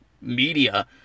media